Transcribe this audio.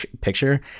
picture